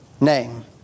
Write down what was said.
name